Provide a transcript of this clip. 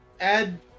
Add